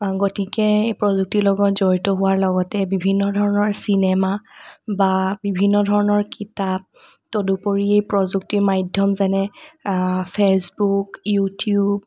গতিকে এই প্ৰযুক্তিৰ লগত জড়িত হোৱাৰ লগতে বিভিন্ন ধৰণৰ চিনেমা বা বিভিন্ন ধৰণৰ কিতাপ তদুপৰি এই প্ৰযুক্তিৰ মাধ্যম যেনে ফেচবুক ইউটিউব